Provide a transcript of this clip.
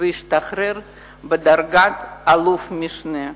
והשתחרר בדרגת אלוף-משנה.